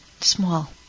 small